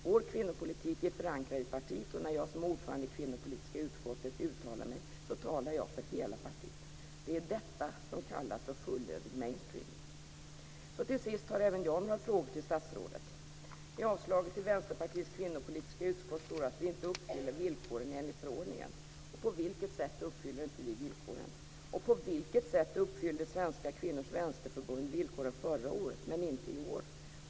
Vår kvinnopolitik är förankrad i partiet, och när jag uttalar mig som ordförande för det kvinnopolitiska utskottet talar jag för hela partiet. Det är detta som kallas för fullödig mainstreaming. Även jag har några frågor till statsrådet. I avslaget till Vänsterpartiets kvinnopolitiska utskott står det att vi inte uppfyller villkoren enligt förordningen. På vilket sätt uppfyller inte vi villkoren? På vilket sätt uppfyllde Svenska kvinnors vänsterförbund villkoren förra året men inte i år?